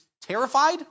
terrified